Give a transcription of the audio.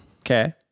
Okay